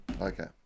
Okay